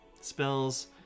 spells